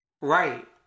right